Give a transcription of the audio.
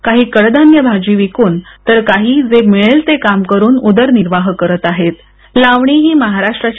काही कडधान्य भाजी विकून तर काही जे मिळेल ते काम करून उदरनिर्वाह करत आहेतलावणी ही महाराष्ट्राची